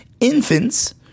infants